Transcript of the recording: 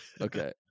Okay